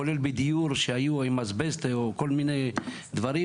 כולל בדיור שהיה עם אסבסט או כל מיני דברים,